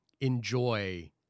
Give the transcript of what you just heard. enjoy